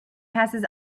passes